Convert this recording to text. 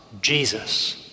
Jesus